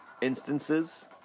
instances